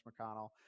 McConnell